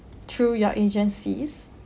through your agencies